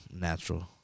natural